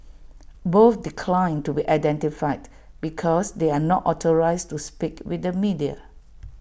both declined to be identified because they are not authorised to speak with the media